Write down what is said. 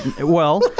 Well-